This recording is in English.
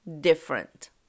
different